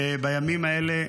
ובימים האלה,